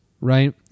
right